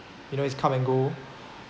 you know is come and go